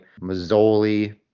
Mazzoli